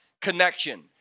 connection